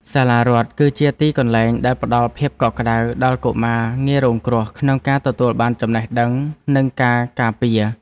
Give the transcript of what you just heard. សាលារដ្ឋគឺជាទីកន្លែងដែលផ្តល់ភាពកក់ក្តៅដល់កុមារងាយរងគ្រោះក្នុងការទទួលបានចំណេះដឹងនិងការការពារ។